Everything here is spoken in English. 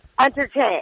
entertain